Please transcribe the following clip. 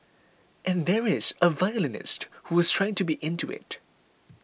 and there is a violinist who was trying to be into it